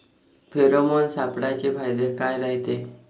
Pheromone सापळ्याचे फायदे काय रायते?